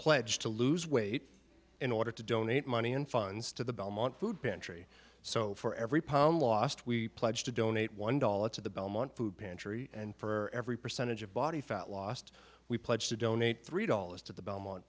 pledge to lose weight in order to donate money and funds to the belmont food pantry so for every pound lost we pledge to donate one dollar to the belmont food pantry and for every percentage of body fat lost we pledge to donate three dollars to the belmont